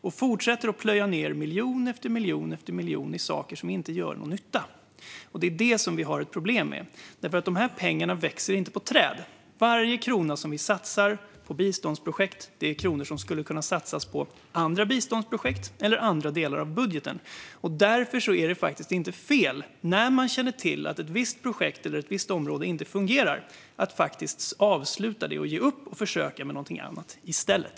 De fortsätter plöja ned miljon efter miljon i saker som inte gör någon nytta. Det är det vi har problem med, för dessa pengar växer inte på träd. Varje krona som vi satsar på biståndsprojekt är en krona som skulle kunna satsas på andra biståndsprojekt eller andra delar av budgeten. När man känner till att ett visst projekt eller ett visst område inte fungerar är det därför inte fel att ge upp, avsluta det och försöka med någonting annat i stället.